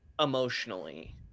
emotionally